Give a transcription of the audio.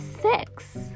six